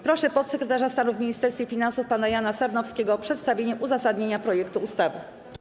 Proszę podsekretarza stanu w Ministerstwie Finansów pana Jana Sarnowskiego o przedstawienie uzasadnienia projektu ustawy.